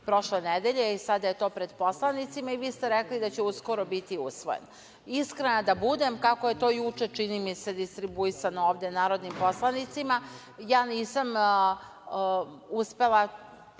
prošle nedelje. Sada je to pred poslanicima i vi ste rekli da će uskoro biti usvojena. Iskrena da budem, kako je to juče, čini mi se, distribuisano ovde narodnim poslanicima, ja nisam uspela